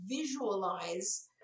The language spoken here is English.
visualize